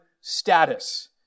status